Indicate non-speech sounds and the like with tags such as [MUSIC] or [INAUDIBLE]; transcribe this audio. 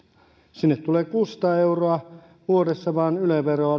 sinne tulee kuusisataa euroa vuodessa vain yle veroa [UNINTELLIGIBLE]